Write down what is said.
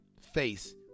face